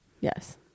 Yes